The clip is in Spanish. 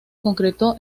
concretó